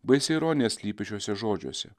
baisi ironija slypi šiuose žodžiuose